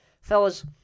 Fellas